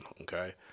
Okay